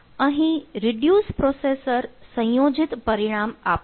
અહીં reduce processor સંયોજિત પરિણામ આપશે